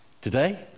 today